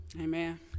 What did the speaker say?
Amen